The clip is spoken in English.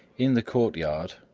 in the courtyard,